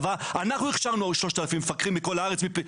אנחנו הכשרנו 3,000 מפקחים בכל הארץ.